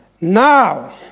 Now